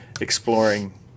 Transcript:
exploring